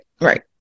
right